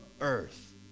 earth